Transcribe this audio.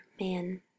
man